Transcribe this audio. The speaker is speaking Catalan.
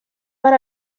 per